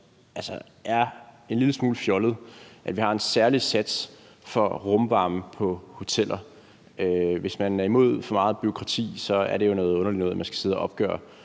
nok er en lille smule fjollet, at vi har en særlig sats for rumvarme på hoteller. Hvis man er imod for meget bureaukrati, er det jo noget underligt noget, at de skal sidde og opgøre,